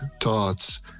thoughts